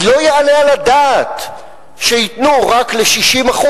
אז לא יעלה על הדעת שייתנו רק ל-60%,